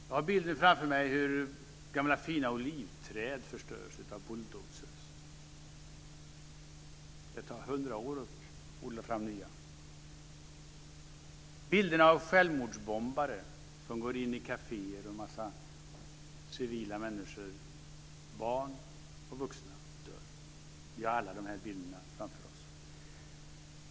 Jag har bilder framför mig på hur gamla fina olivträd förstörs av bulldozers - det tar hundra år att odla fram nya - och bilderna av självmordsbombare som går in på caféer där en massa civila människor, barn och vuxna, dör. Vi har alla de här bilderna framför oss.